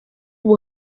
ubu